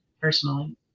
personally